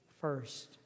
first